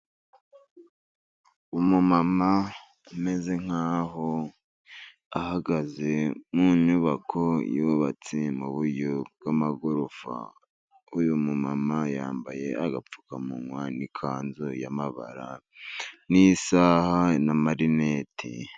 Umama ameze nkaho ahagaze mu nyubako yubatse mu buryo bw'amagorofa. uyu mumama yambaye agapfukamunwa n'ikanzu y'amabara n'isaaha na marineti.